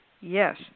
Yes